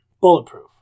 Bulletproof